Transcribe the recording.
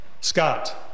Scott